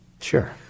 Sure